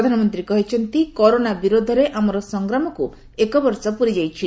ପ୍ରଧାନମନ୍ତ୍ରୀ କହିଛନ୍ତି କରୋନା ବିରୋଧରେ ଆମର ସଂଗ୍ରାମକୁ ଏକବର୍ଷ ପୂରିଯାଇଛି